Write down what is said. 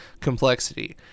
complexity